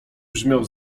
brzmiał